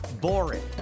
boring